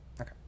Okay